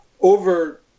over